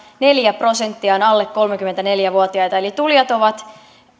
prosenttia on alle kolmekymmentäneljä vuotiaita eli tulijat ovat